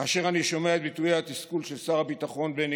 כאשר אני שומע את ביטויי התסכול של שר הביטחון בני